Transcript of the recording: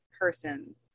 person